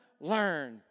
learn